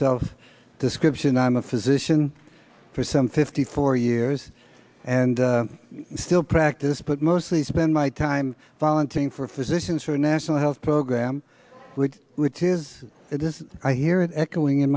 self description i'm a physician for some fifty four years and i still practice but mostly spend my time volunteering for physicians for a national health program which is who it is i hear it echoing in